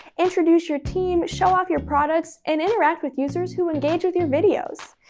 introduce your team, show off your products, and interact with users who engage with your videos.